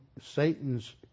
Satan's